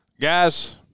Guys